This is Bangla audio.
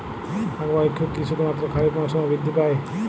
আখ বা ইক্ষু কি শুধুমাত্র খারিফ মরসুমেই বৃদ্ধি পায়?